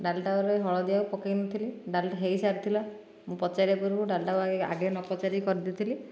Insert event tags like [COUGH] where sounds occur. ଡାଲିଟା [UNINTELLIGIBLE] ହଳଦୀ ଆଉ ପକେଇନଥିଲି ଡାଲିଟା ହୋଇସାରିଥିଲା ମୁଁ ପଚାରିବା ପୂର୍ବରୁ ଡାଲିଟାକୁ ଆଗେ ଆଗେ ନ ପଚାରିକି କରିଦେଇଥିଲି